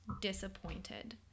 disappointed